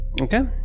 Okay